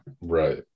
right